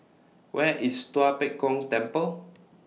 Where IS Tua Pek Kong Temple